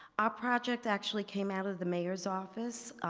our project actually came out of the mayor's office.